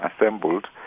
assembled